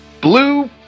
Blue